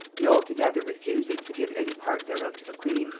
he altogether refusing to give any part thereof to the queen,